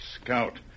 Scout